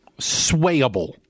swayable